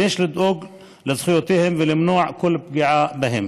ויש לדאוג לזכויותיהם ולמנוע כל פגיעה בהם.